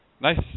nice